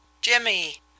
Jimmy